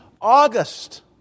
August